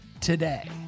today